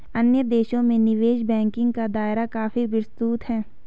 अन्य देशों में निवेश बैंकिंग का दायरा काफी विस्तृत है